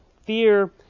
Fear